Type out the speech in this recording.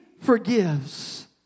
forgives